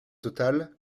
total